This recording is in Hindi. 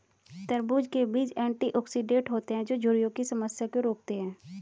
तरबूज़ के बीज एंटीऑक्सीडेंट होते है जो झुर्रियों की समस्या को रोकते है